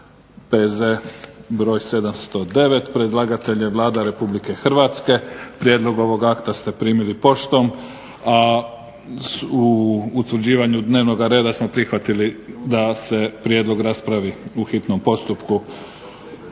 P.Z. broj 709 Predlagatelj je Vlada Republike Hrvatske. Prijedlog ovog akta ste primili poštom, a u utvrđivanju dnevnog reda smo prihvatili da se prijedlog raspravi u hitnom postupku.